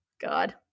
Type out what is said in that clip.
God